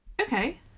okay